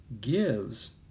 gives